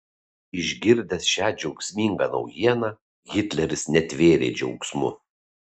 išgirdęs šią džiaugsmingą naujieną hitleris netvėrė džiaugsmu